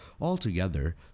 Altogether